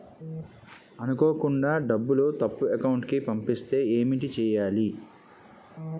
అనుకోకుండా డబ్బులు తప్పు అకౌంట్ కి పంపిస్తే ఏంటి చెయ్యాలి?